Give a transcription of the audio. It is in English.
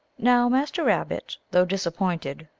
now master rabbit, though disappointed,